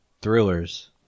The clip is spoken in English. thrillers